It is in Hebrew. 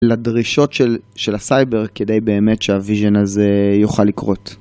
לדרישות של הסייבר כדי באמת שהוויז'ן הזה יוכל לקרות.